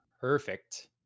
perfect